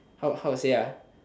how how to say ah